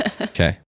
okay